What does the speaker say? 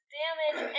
damage